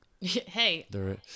hey